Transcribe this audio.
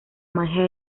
magia